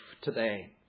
today